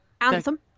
anthem